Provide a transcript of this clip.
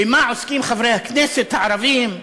במה עוסקים חברי הכנסת הערבים,